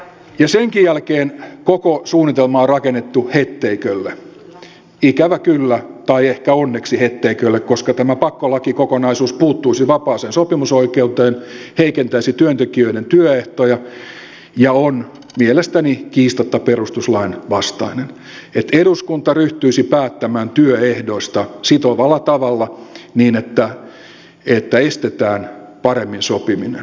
ja senkin jälkeen koko suunnitelma on rakennettu hetteikölle ikävä kyllä tai ehkä onneksi hetteikölle koska tämä pakkolakikokonaisuus puuttuisi vapaaseen sopimusoikeuteen heikentäisi työntekijöiden työehtoja ja on mielestäni kiistatta perustuslain vastaista että eduskunta ryhtyisi päättämään työehdoista sitovalla tavalla niin että estetään paremmin sopiminen